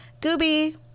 Gooby